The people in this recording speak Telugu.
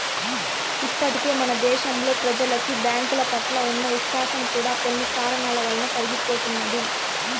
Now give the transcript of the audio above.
ఇప్పటికే మన దేశంలో ప్రెజలకి బ్యాంకుల పట్ల ఉన్న విశ్వాసం కూడా కొన్ని కారణాల వలన తరిగిపోతున్నది